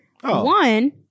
One